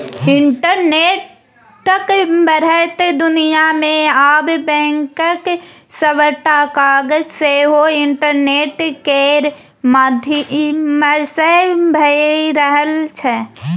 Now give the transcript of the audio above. इंटरनेटक बढ़ैत दुनियाँ मे आब बैंकक सबटा काज सेहो इंटरनेट केर माध्यमसँ भए रहल छै